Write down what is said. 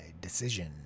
decision